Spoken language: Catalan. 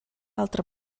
altre